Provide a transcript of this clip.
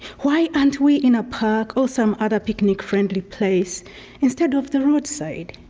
why aren't we in a park or some other picnic-friendly place instead of the roadside?